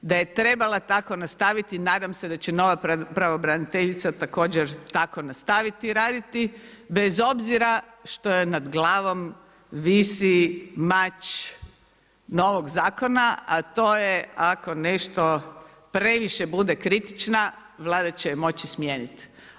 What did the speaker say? Da je trebala tako nastaviti, nadam se da će nova pravobraniteljica također tako nastaviti raditi bez obzira što joj nad glavom visi mač novog Zakona, a to je ako nešto previše bude kritična, Vlada će ju moći smijeniti.